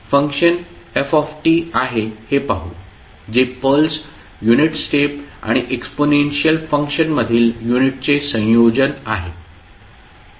function f आहे हे पाहू जे पल्स युनिट स्टेप आणि एक्सपोनेन्शियल फंक्शन मधील युनिटचे संयोजन आहे